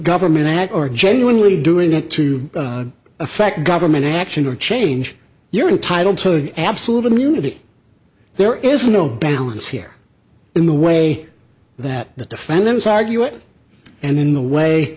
government that are genuinely doing it to affect government action or change your entitle to absolute immunity there is no balance here in the way that the defendants argue it and in the way